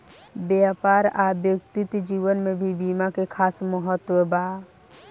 व्यापार आ व्यक्तिगत जीवन में भी बीमा के खास महत्व बा